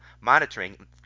monitoring